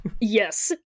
yes